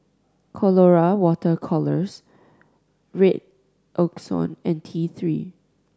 Colora Water Colours Redoxon and T Three